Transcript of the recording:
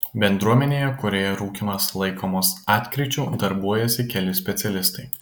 bendruomenėje kurioje rūkymas laikomas atkryčiu darbuojasi keli specialistai